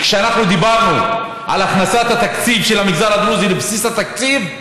כשאנחנו דיברנו על הכנסת התקציב של המגזר הדרוזי לבסיס התקציב,